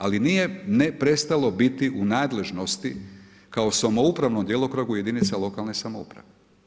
Ali nije prestalo biti u nadležnosti kao samoupravnom djelokrugu jedinica lokalne samouprave.